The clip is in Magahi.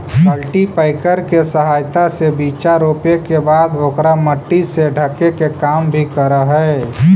कल्टीपैकर के सहायता से बीचा रोपे के बाद ओकरा मट्टी से ढके के काम भी करऽ हई